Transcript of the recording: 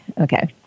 Okay